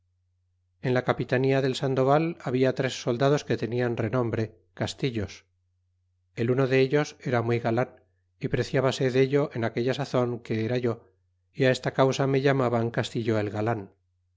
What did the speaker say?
en la capitanía del sandoval halda tres soldados que tenian renombre castillos el uno dellos era muy galan y preciabase dello en aquella sazon que era yo y á esta causa me llamaban castillo el